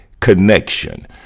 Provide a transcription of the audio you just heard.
connection